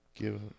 give